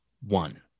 one